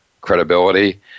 credibility